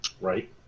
Right